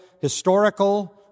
historical